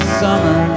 summer